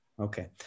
Okay